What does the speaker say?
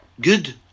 Good